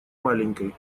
маленькой